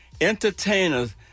entertainers